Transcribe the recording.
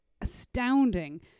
astounding